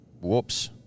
Whoops